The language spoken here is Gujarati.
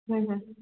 હમ હમ